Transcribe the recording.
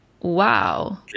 Wow